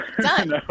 Done